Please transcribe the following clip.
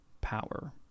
power